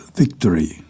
victory